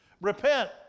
repent